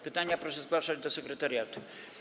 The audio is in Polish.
Pytania proszę zgłaszać do sekretariatu.